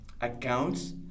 accounts